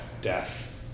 death